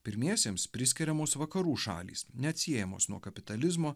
pirmiesiems priskiriamos vakarų šalys neatsiejamos nuo kapitalizmo